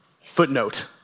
footnote